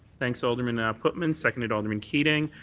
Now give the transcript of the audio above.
thanks, alderman pootmans. seconded alderman keating.